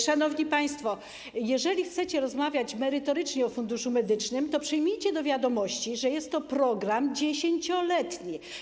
Szanowni państwo, jeżeli chcecie rozmawiać merytorycznie o Funduszu Medycznym, to przyjmijcie do wiadomości, że jest to program 10-letni.